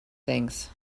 things